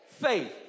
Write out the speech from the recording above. faith